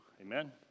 Amen